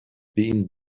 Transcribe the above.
been